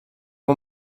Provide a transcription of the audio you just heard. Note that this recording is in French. mon